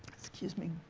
excuse me.